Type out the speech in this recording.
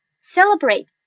Celebrate